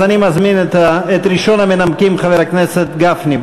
אז אני מזמין את ראשון המנמקים, חבר הכנסת גפני.